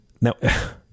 Now